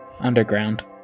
Underground